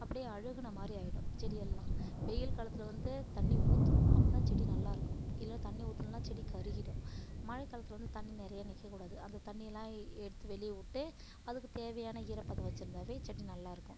அப்டி அழுகினமாரி ஆயிடும் செடியெல்லாம் வெயில் காலத்தில் வந்து தண்ணி ஊற்றணும் அப்போ தான் செடி நல்லாயிருக்கும் இல்லைனா தண்ணி ஊற்றலனா செடி கருகிடும் மழைக்காலத்தில் வந்து தண்ணி நிறையா நிற்கக்கூடாது அந்த தண்ணிலாம் எடுத்து வெளியே விட்டு அதுக்கு தேவையான ஈரப்பதம் வச்சிருந்தாவே செடி நல்லாயிருக்கும்